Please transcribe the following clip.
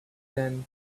then